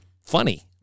funny